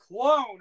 clone